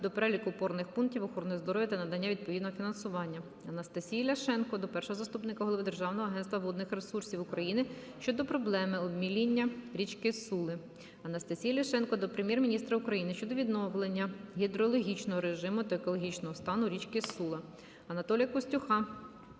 до переліку опорних закладів охорони здоров'я та надання відповідного фінансування. Анастасії Ляшенко до першого заступника голови Державного агентства водних ресурсів України щодо проблеми обміління річки Сули. Анастасії Ляшенко до Прем'єр-міністра України щодо відновлення гідрологічного режиму та екологічного стану річки Сула.